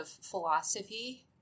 philosophy